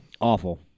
Awful